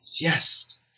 yes